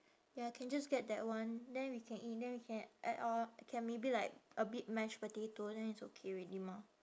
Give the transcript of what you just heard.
ya can just get that one then we can eat then we can add or can maybe like a bit mash potato then it's okay already mah